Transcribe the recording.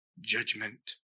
judgment